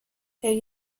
elle